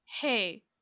hey